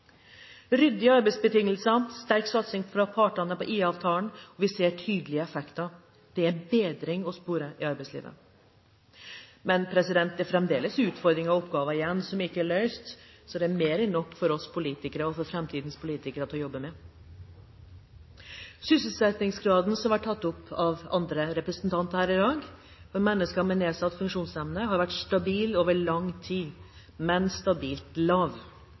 ryddige arbeidsbetingelser og sterk satsing fra partene på IA-avtalen. Vi ser tydelige effekter. Det er bedring å spore i arbeidslivet. Men det er fremdeles utfordringer og oppgaver igjen som ikke er løst, så det er mer enn nok for oss – og framtidens – politikere å jobbe med. Sysselsettingsgraden – som har vært tatt opp av andre representanter her i dag – har for mennesker med nedsatt funksjonsevne vært stabil over lang tid, men stabilt lav.